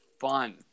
fun